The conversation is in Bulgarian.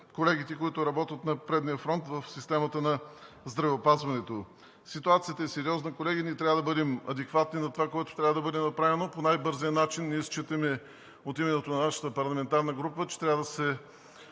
колегите, които работят на предния фронт в системата на здравеопазването. Ситуацията е сериозна, колеги, и ние трябва да бъдем адекватни на това, което трябва да бъде направено по най-бързия начин. От името на нашата парламентарна група считаме, че трябва да